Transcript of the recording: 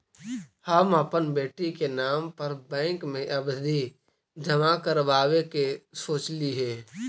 हम अपन बेटी के नाम पर बैंक में आवधि जमा करावावे के सोचली हे